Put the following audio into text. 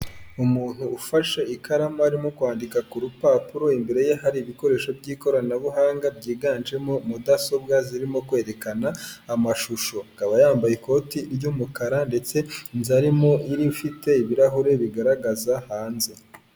Umuntu ufashe ikaramu arimo kwandika ku rupapuro, imbere ye hari ibikoresho by'ikoranabuhanga, byiganjemo mudasobwa zirimo kwerekana amashusho. Akaba yambaye ikoti ry'umukara, ndetse inzu arimo ifite ibirahure bigaragaza hanze.